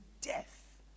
death